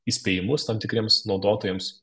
įspėjimus tam tikriems naudotojams